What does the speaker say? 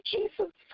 Jesus